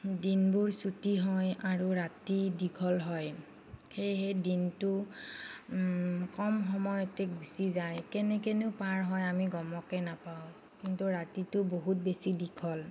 দিনবোৰ ছুটি হয় আৰু ৰাতি দীঘল হয় সেইহে দিনটো কম সময়তে গুচি যায় কেনেকেনো পাৰ হয় আমি গমকে নেপাওঁ কিন্তু ৰাতিটো বহুত বেছি দীঘল